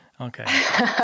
okay